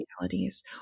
realities